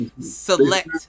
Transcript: select